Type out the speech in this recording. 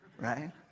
right